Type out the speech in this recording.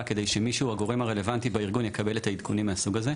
כדי שהגורם הרלוונטי בארגון יקבל את העדכונים מהסוג הזה.